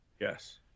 Yes